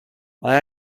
mae